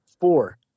four